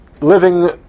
living